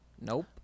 Nope